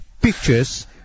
pictures